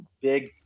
big